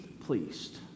pleased